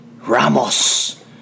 Ramos